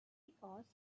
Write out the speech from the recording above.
because